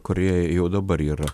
kurioje jau dabar yra